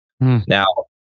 Now